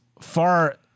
far